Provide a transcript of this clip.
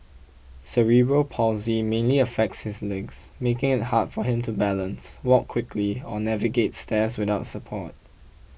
cerebral palsy mainly affects his legs making it hard for him to balance walk quickly or navigate stairs without support